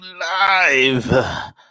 live